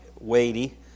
weighty